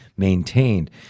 Maintained